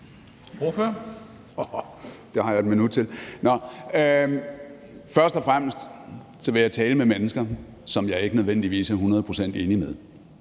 Først og fremmest vil jeg tale med mennesker, som jeg ikke nødvendigvis er hundrede procent enig med,